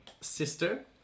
sister